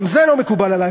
גם זה לא מקובל עלי,